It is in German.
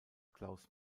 klaus